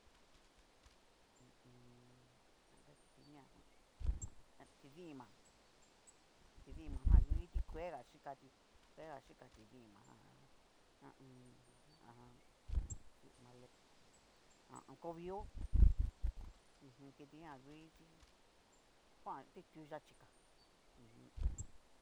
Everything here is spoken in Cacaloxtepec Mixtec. Ho o on. aña kitiñajan ha a tidima, tidima jan ngu tiki kuega xhikati, kuega xhika tidima jan, ho o on. ¿mas lento? Ajan si mas lento, kovio, m jum tikijan ngu kiti kuan titu yaxhiga u jum.